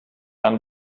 dann